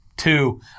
two